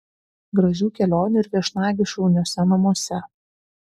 gražių kelionių ir viešnagių šauniuose namuose